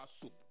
soup